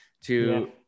to-